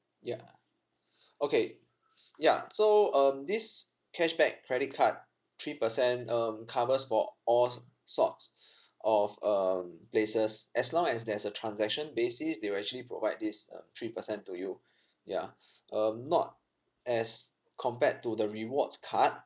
ya okay ya so um this cashback credit card three percent um covers for alls sorts of um places as long as there's a transaction basis they will actually provide this uh three percent to you yeah um not as compared to the rewards card